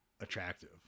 attractive